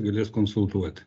galės konsultuoti